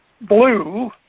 blue